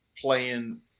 playing